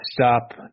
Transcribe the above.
stop